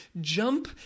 jump